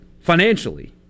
financially